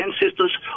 ancestors